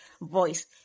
voice